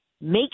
make